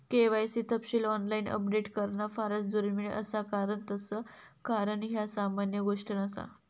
KYC तपशील online update करणा फारच दुर्मिळ असा कारण तस करणा ह्या सामान्य गोष्ट नसा